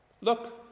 Look